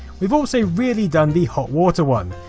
we've also really done the hot water one.